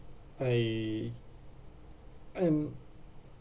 I I'm